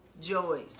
joys